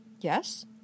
Yes